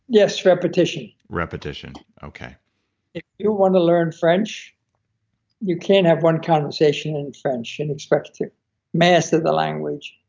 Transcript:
yes, repetition repetition okay if you want to learn french you can't have one conversation in french expansion and expect to to master the language.